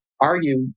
argue